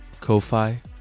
Ko-Fi